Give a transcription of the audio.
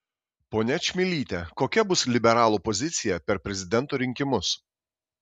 ponia čmilyte kokia bus liberalų pozicija per prezidento rinkimus